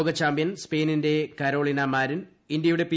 ലോക ചാമ്പ്യൻ സ്പെയിനിന്റെ Carolina Marin ഇന്ത്യയുടെ പി